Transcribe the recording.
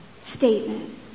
statement